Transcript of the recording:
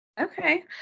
Okay